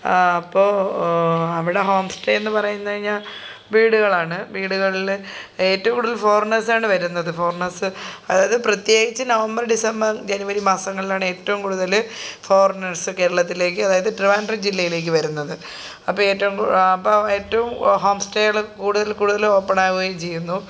അപ്പോൾ അവിടെ home stay എന്നു പറയ്ന്നൈഞ്ഞ വീടുകളാണ് വീടുകളിൽ ഏറ്റവും കൂടുതൽ ഫോറിനേഴ്സാണ് വരുന്നത് ഫോറീനേഴ്സ് അതായത് പ്രത്യേകിച്ച് നവംബർ ഡിസംബർ ജനുവരി മാസങ്ങളിലാണ് ഏറ്റവും കൂടുതൽ ഫോറിനേഴ്സ് കേരളത്തിലേക്ക് അതായത് ട്രിവാണ്ട്രം ജില്ലയിലേക്കു വരുന്നത് അപ്പോൾ ഏറ്റോങ്കൂ അപ്പോൾ ഏറ്റവും ഹോം സ്റ്റേകൾ കൂടുതൽ കൂടുതൽ ഓപ്പണാകുകയും ചെയ്യുന്നു